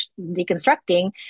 deconstructing